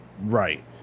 Right